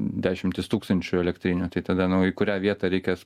dešimtys tūkstančių elektrinių tai tada nu į kurią vietą reikės